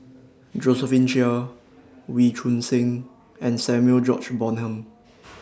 Josephine Chia Wee Choon Seng and Samuel George Bonham